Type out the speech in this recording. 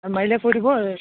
মাৰিলে কৈ দিব